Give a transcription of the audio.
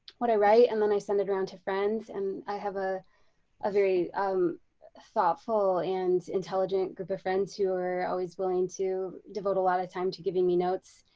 what i write and then i send it around to friends and i have a ah very um thoughtful and intelligent group of friends who are always willing to devote a lot of time to giving me notes.